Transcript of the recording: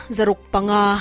Zarukpanga